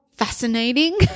fascinating